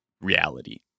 reality